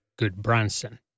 Goodbranson